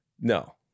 No